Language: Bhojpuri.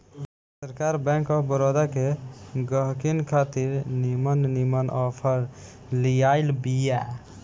सरकार बैंक ऑफ़ बड़ोदा के गहकिन खातिर निमन निमन आफर लियाइल बिया